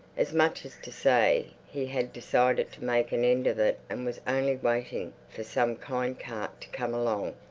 as much as to say he had decided to make an end of it and was only waiting for some kind cart to come along.